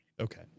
Okay